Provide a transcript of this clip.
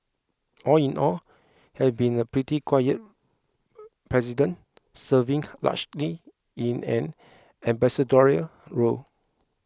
all in all had been a pretty quiet president serving largely in an ambassadorial role